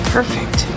Perfect